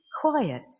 Quiet